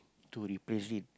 to replace it